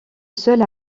seul